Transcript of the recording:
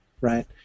right